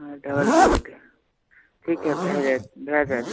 double bed ठीक छै भए जायत भए जायत